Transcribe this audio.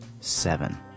seven